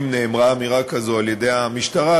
אם נאמרה אמירה כזו על-ידי המשטרה,